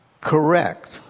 correct